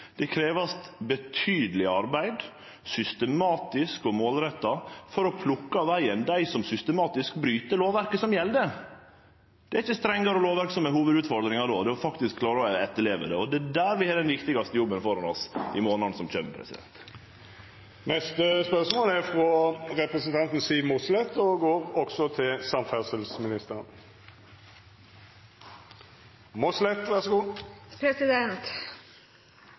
det krevst betydeleg arbeid, systematisk og målretta, for å plukke av vegen dei som systematisk bryt det lovverket som gjeld. Det er ikkje strengare lovverk som er hovudutfordringa; det er faktisk det å klare å etterleve det. Og det er der vi har den viktigaste jobben framfor oss i månadane som kjem. «Utenlandske vogntog og sjåfører uten nødvendig utstyr og/eller kompetanse til